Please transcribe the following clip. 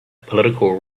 political